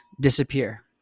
disappear